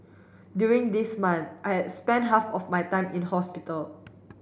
during these month I had spent half my time in hospital